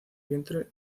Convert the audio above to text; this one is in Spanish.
vientre